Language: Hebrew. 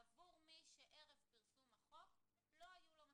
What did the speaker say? עבור מי שערב פרסום החוק לא היו לו מצלמות.